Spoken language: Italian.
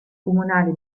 comunale